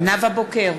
נאוה בוקר,